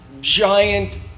giant